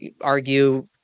argue